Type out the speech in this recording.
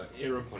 aeroponic